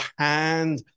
hand